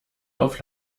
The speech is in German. auf